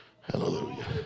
hallelujah